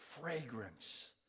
fragrance